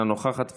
אינה נוכחת,